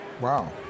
wow